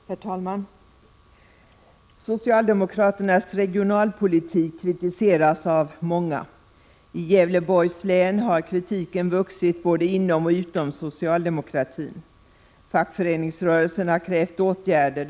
Herr talman! Socialdemokraternas regionalpolitik kritiseras av många. I Gävleborgs län har kritiken vuxit både inom och utom socialdemokratin. Fackföreningsrörelsen har krävt åtgärder.